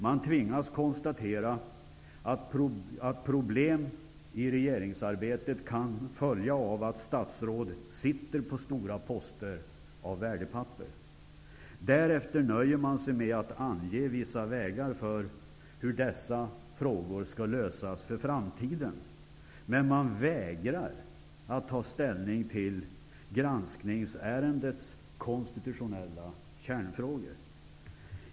Man tvingas konstatera att problem i regeringsarbetet kan följa av att statsråd innehar stora poster av värdepapper. Därefter nöjer man sig med att ange vissa vägar för hur dessa frågor skall lösas för framtiden, men man vägrar att ta ställning till granskningsärendets konstitutionella kärnfrågor.